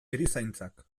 erizaintzak